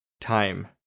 time